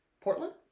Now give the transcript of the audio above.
Portland